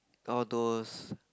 all those